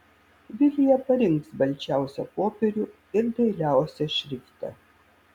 vilija parinks balčiausią popierių ir dailiausią šriftą